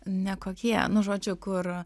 nekokie nu žodžiu kur